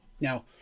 Now